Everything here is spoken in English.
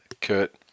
Kurt